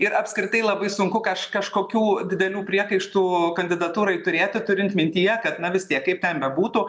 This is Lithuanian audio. ir apskritai labai sunku kaž kažkokių didelių priekaištų kandidatūrai turėti turint mintyje kad na vis tiek kaip ten bebūtų